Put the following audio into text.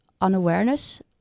unawareness